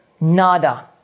Nada